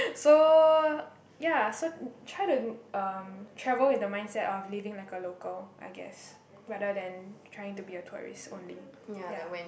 so ya so try to um travel with the mindset of living like a local I guessed rather than trying to be a tourist only ya